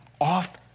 Off